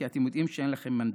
כי אתם יודעים שאין לכם מנדט.